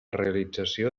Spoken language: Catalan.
realització